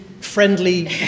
friendly